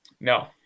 No